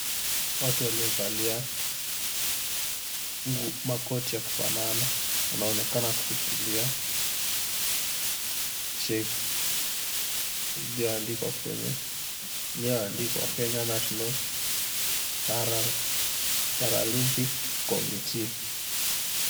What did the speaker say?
Watu waliovalia makoti ya kufanana wanaonekana kushikilia cheki iliyoandikwa, Kenya National Paralympic Committee.